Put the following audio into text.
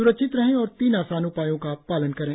स्रक्षित रहें और तीन आसान उपायों का पालन करें